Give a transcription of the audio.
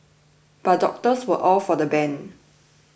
but doctors were all for the ban